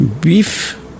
beef